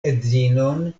edzinon